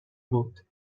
بود